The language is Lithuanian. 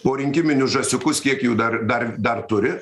porinkiminius žąsiukus kiek jų dar dar dar turi